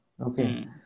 Okay